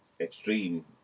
extreme